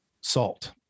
salt